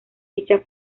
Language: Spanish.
dicha